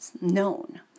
known